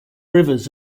rivers